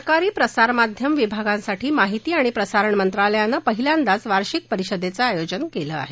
सरकारी प्रसारमाध्यम विभागांसाठी माहिती आणि प्रसारण मंत्रालयानं पाहिल्यांदाच वार्षिक परिषदेचं आयोजन केलं आहे